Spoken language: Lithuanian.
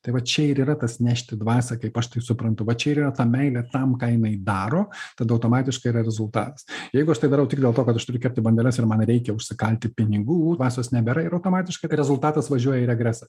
tai va čia ir yra tas nešti dvasią kaip aš tai suprantu va čia ir yra ta meilė tam ką jinai daro tada automatiškai yra rezultatas jeigu aš tai darau tik dėl to kad aš turiu kepti bandeles ir man reikia užsikalti pinigų dvasios nebėra ir automatiškai rezultatas važiuoja į regresą